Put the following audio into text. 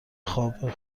خواب